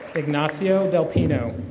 ignacio delfino.